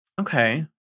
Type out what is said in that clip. Okay